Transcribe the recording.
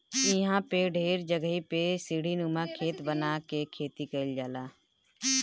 इहां पे ढेर जगही पे सीढ़ीनुमा खेत बना के खेती कईल जाला